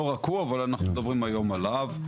לא רק הוא, אבל אנחנו מדברים היום עליו.